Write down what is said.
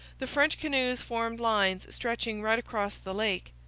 the french canoes formed lines stretching right across the lake.